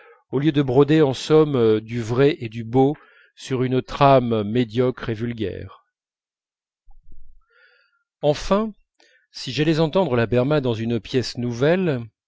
au lieu de broder en somme du vrai et du beau sur une trame médiocre et vulgaire enfin si j'allais entendre la berma dans une pièce nouvelle